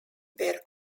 were